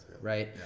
right